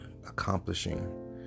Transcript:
accomplishing